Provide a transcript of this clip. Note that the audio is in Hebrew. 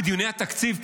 בדיוני התקציב,